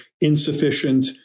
insufficient